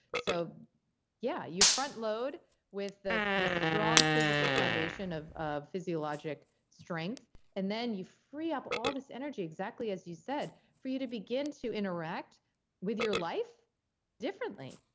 so yeah, you front load with the strong physical foundation of of physiologic strength and then you free up all this energy exactly as you said for you to begin to interact with your life differently